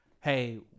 hey